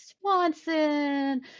Swanson